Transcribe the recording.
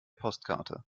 postkarte